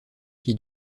qui